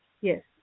yes